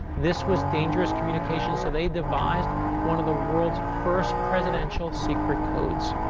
this was dangerous communication, so they devised one of the world's first presidential secret codes,